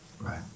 Right